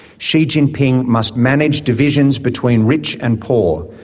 xi jinping must manage divisions between rich and poor,